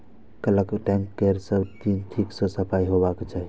bulk tank केर सब दिन ठीक सं सफाइ होबाक चाही